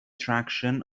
traction